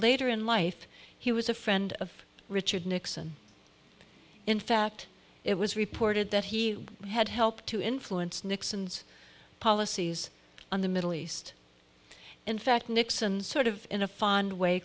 later in life he was a friend of richard nixon in fact it was reported that he had helped to influence nixon's policies on the middle east in fact nixon sort of in a fond way